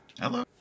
Hello